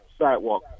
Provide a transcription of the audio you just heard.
sidewalk